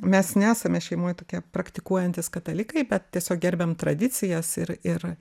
mes nesame šeimoj tokie praktikuojantys katalikai bet tiesiog gerbiam tradicijas ir ir